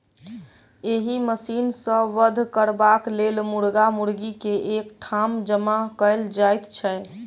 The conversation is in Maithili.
एहि मशीन सॅ वध करबाक लेल मुर्गा मुर्गी के एक ठाम जमा कयल जाइत छै